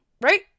Right